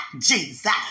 Jesus